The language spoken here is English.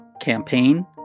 campaign